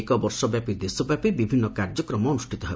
ଏକ ବର୍ଷ ବ୍ୟାପୀ ଦେଶବ୍ୟାପୀ ବିଭିନ୍ନ କାର୍ଯ୍ୟକ୍ରମ ଅନୁଷ୍ଠିତ ହେବ